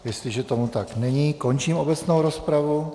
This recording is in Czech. Jestliže tomu tak není, končím obecnou rozpravu.